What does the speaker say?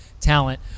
talent